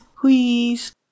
Please